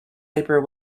labour